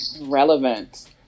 Relevant